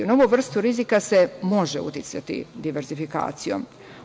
Na ovu vrstu rizika se može uticati diverzifikacijom.